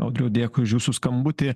audriau dėkui už jūsų skambutį